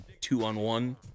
two-on-one